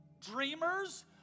Dreamers